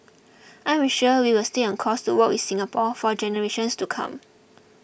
I'm sure we will stay on course to work with Singapore for generations to come